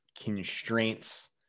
constraints